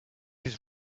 his